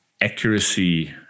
accuracy